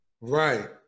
Right